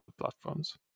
platforms